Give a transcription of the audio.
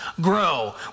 grow